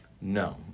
No